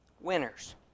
winners